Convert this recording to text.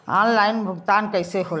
Online भुगतान कईसे होला?